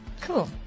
Cool